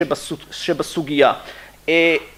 ‫שבסוגייה.